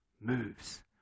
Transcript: moves